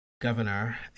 Governor